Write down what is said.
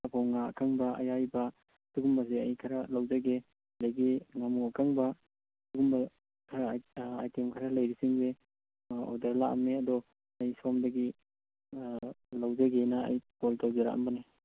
ꯐꯕꯧ ꯉꯥ ꯑꯀꯪꯕ ꯑꯌꯥꯏꯕ ꯑꯗꯨꯒꯨꯝꯕꯁꯦ ꯑꯩ ꯈꯔ ꯂꯧꯖꯒꯦ ꯑꯗꯩꯒꯤ ꯉꯥꯃꯨ ꯑꯀꯪꯕ ꯑꯗꯨꯒꯨꯝꯕ ꯈꯔ ꯑꯏꯇꯦꯝ ꯈꯔ ꯂꯩꯔꯤꯁꯤꯡꯁꯤ ꯑꯣꯔꯗꯔ ꯂꯥꯛꯑꯝꯃꯦ ꯑꯗꯣ ꯑꯩ ꯁꯣꯝꯗꯒꯤ ꯂꯧꯖꯒꯦꯅ ꯑꯩ ꯀꯣꯜ ꯇꯧꯖꯔꯛꯑꯝꯕꯅꯦ